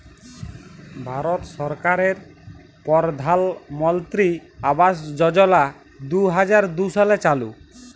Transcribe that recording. ভারত সরকারের পরধালমলত্রি আবাস যজলা দু হাজার দু সালে চালু